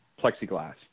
plexiglass